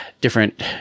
different